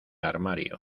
armario